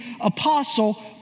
Apostle